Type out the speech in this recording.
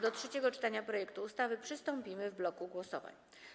Do trzeciego czytania projektu ustawy przystąpimy w bloku głosowań.